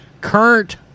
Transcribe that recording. current